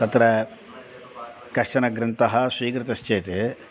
तत्र कश्चन ग्रन्थः स्वीकृतश्चेत्